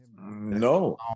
No